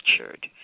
Featured